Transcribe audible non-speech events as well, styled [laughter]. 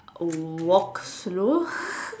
walk slow [laughs]